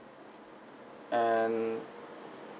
and